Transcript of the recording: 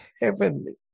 heavenly